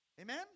Amen